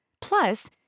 Plus